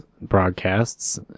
broadcasts